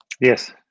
Yes